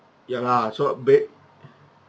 ya lah so they